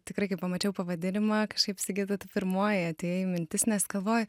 tikrai kai pamačiau pavadinimą kažkaip sigita tu pirmoji atėjai į mintis nes galvoju